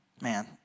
Man